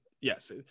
yes